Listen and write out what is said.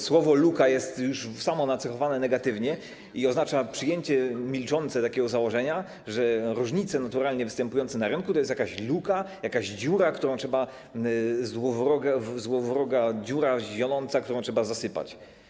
Słowo „luka” jest już samo nacechowane negatywnie i oznacza przyjęcie milczące takiego założenia, że różnice naturalnie występujące na rynku to jest jakaś luka, jakaś dziura, złowroga dziura zionąca, którą trzeba zasypać.